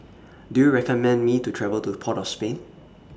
Do YOU recommend Me to travel to Port of Spain